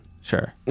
Sure